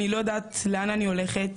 אני לא יודעת לאן אני הולכת,